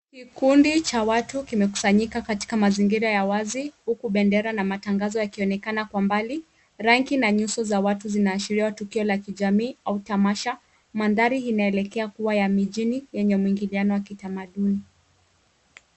Kikundi cha watu kimekusanyika katika mazingira ya wazi huku bendera na matangazo yakionekana kwa mbali. Rangi na nyuso za watu zinaashiria tukio la kijamii au tamasha. Mandhari inaelekea kuwa ya mijini yenye mwingiliano wa kitamaduni.